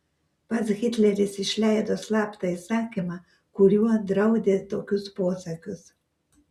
pats hitleris išleido slaptą įsakymą kuriuo draudė tokius posakius